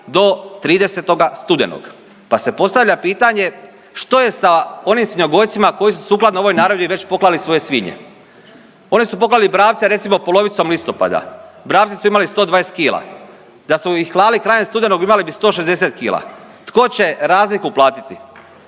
do 30. studenog, pa se postavlja pitanje što je sa onim svinjogojcima koji su sukladno ovoj naredbi već poklali svoje svinje. Oni su poklali bravce recimo polovicom listopada. Bravci su imali 120 kg. Da su ih klali krajem studenog imali bi 160 kg. Tko će razliku platiti?